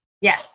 Yes